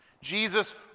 Jesus